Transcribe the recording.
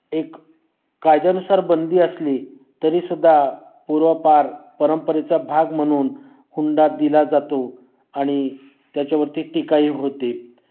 एक कायद्याानुसार बंदी असली तरीसुद्धा पूर्वापार परंपरेचा भाग म्हणून हुंडा दिला जातो आणि त्याच्यावरती टीकाही होते